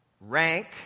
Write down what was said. rank